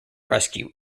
rescue